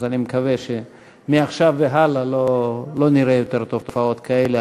אז אני מקווה שמעכשיו והלאה לא נראה יותר תופעות כאלה.